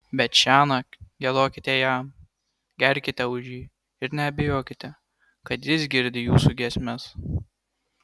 bet šiąnakt giedokite jam gerkite už jį ir neabejokite kad jis girdi jūsų giesmes